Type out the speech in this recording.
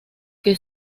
que